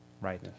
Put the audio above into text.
Right